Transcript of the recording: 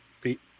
Pete